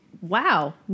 wow